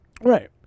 Right